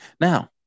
Now